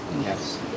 Yes